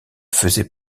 faisait